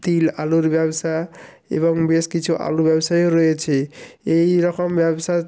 তিল আলুর ব্যবসা এবং বেশ কিছু আলু ব্যবসায়ীও রয়েছে এই রকম ব্যবসা